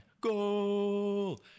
goal